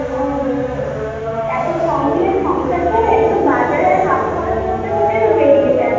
ও এতো কম দিলে সংসার চলে এতে তো বাজার আর হাত খরচ করতে করতেই তো বেরিয়ে যায়